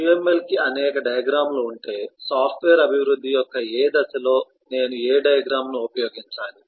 UML కి అనేక diagram లు ఉంటే సాఫ్ట్వేర్ అభివృద్ధి యొక్క ఏ దశలో నేను ఏ డయాగ్రమ్ ను ఉపయోగించాలి